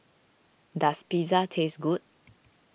does Pizza taste good